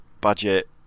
budget